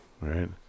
Right